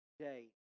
day